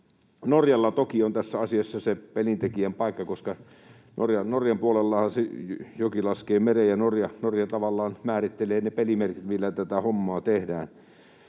Norjalla toki on tässä asiassa pelintekijän paikka, koska Norjan puolellahan se joki laskee mereen, ja Norja tavallaan määrittelee ne pelimerkit, millä tätä hommaa tehdään.